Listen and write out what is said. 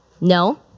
No